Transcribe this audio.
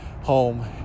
home